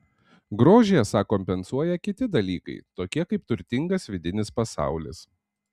grožį esą kompensuoja kiti dalykai tokie kaip turtingas vidinis pasaulis